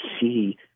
see